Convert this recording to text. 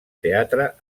teatre